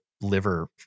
liver